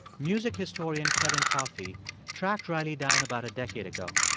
music historian kevin coffey tracked riley down about a decade ago.